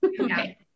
Okay